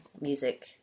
music